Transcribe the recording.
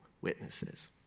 witnesses